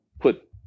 put